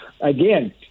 again